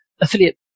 affiliate